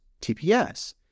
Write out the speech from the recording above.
TPS